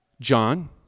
John